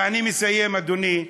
ואני מסיים, אדוני,